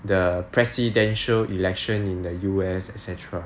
the presidential election in the U_S et cetera